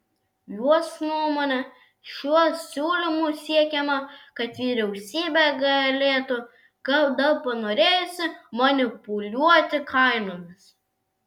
jos nuomone šiuo siūlymu siekiama kad vyriausybė galėtų kada panorėjusi manipuliuoti kainomis